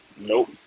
nope